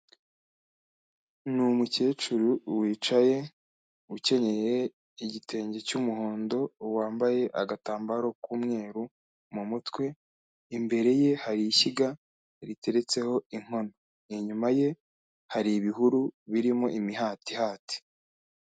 Ni umukecuru wicaye ukenyeye igitenge cy'umuhondo wambaye agatambaro k'umweru mu mutwe, imbere ye hari ishyiga riteretseho inkono. Inyuma ye hari ibihuru birimo imihatihati.